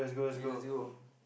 okay lets go